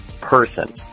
person